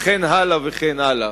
וכן הלאה, וכן הלאה.